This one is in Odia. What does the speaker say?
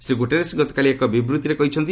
ଶ୍ରୀ ଗୁଟେରସ ଗତକାଲି ଏକ ବିବୃତ୍ତି ଦେଇ କହିଛନ୍ତି